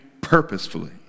purposefully